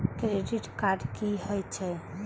Credit card की हे छे?